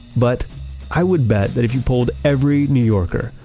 but i would bet that if you pulled every new yorker,